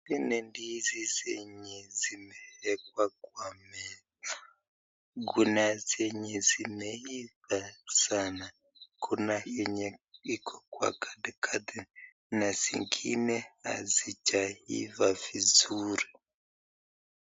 Hii ni ndizi zenye zimeekwa kwa meza, kuna zenye zimeeiva sana kuna yenye iko kwa katikati na zingine hazijaiva vizuri.